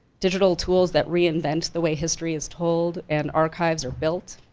digital tools that reinvent the way history is told and archives are built,